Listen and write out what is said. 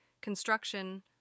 construction